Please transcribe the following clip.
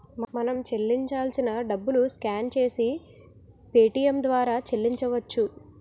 మనం చెల్లించాల్సిన డబ్బులు స్కాన్ చేసి పేటియం ద్వారా చెల్లించవచ్చు